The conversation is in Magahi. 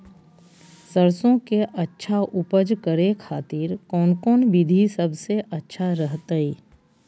सरसों के अच्छा उपज करे खातिर कौन कौन विधि सबसे अच्छा रहतय?